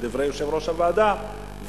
לדברי יושב-ראש הוועדה,